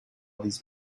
these